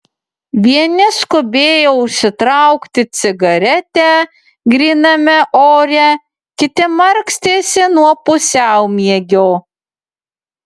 vieni skubėjo užsitraukti cigaretę gryname ore kiti markstėsi nuo pusiaumiegio